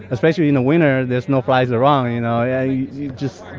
especially in the winter, there's no flies around, you know? yeah you you just,